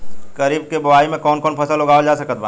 खरीब के बोआई मे कौन कौन फसल उगावाल जा सकत बा?